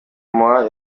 moi